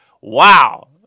Wow